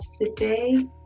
today